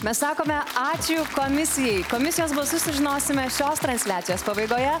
mes sakome ačiū komisijai komisijos balsus sužinosime šios transliacijos pabaigoje